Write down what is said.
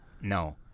No